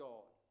God